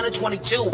22